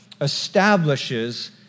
establishes